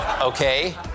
Okay